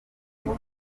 nibwo